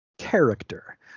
character